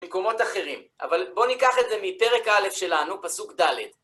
מקומות אחרים. אבל בואו ניקח את זה מפרק א' שלנו, פסוק ד'.